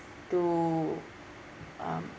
to um